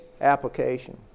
application